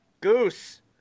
Goose